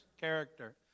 character